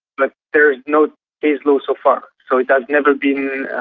but there is no case law so far, so it has never been,